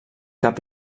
cap